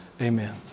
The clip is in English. Amen